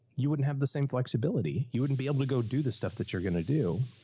you wouldn't have the same flexibility. you wouldn't be able to go do the stuff that you're going to do.